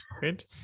good